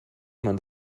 man